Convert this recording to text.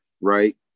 Right